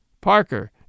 Parker